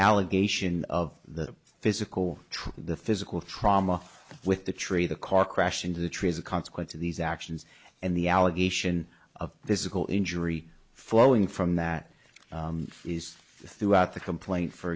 allegation of the physical trip the physical trauma with the tree the car crash into the tree is a consequence of these actions and the allegation of physical injury following from that is throughout the complaint for